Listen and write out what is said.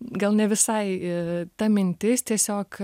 gal ne visai i ta mintis tiesiog